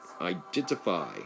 identify